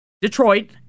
Detroit